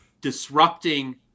disrupting